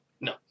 No